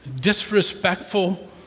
disrespectful